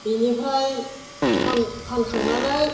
बिनिफ्राय फानखांनानै